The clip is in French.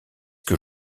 que